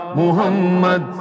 Muhammad